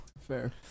Fair